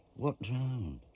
what drowned?